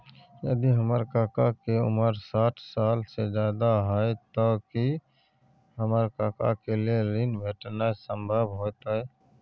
यदि हमर काका के उमर साठ साल से ज्यादा हय त की हमर काका के लेल ऋण भेटनाय संभव होतय?